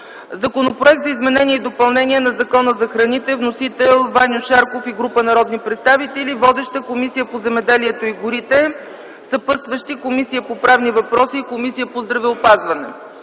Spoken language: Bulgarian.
Законопроект за изменение и допълнение на Закона за храните. Вносители са Ваньо Шарков и група народни представители. Водеща е Комисията по земеделието и горите. Съпътстващи са Комисията по правни въпроси и Комисията по здравеопазването.